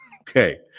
Okay